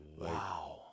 Wow